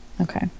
okay